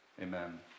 Amen